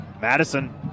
Madison